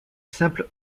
simple